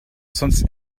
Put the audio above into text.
sonst